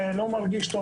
לא מרגיש טוב,